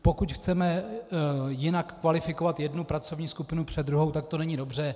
Pokud chceme jinak kvalifikovat jednu pracovní skupinu před druhou, tak to není dobře.